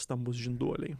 stambūs žinduoliai